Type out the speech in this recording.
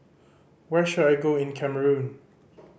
where should I go in Cameroon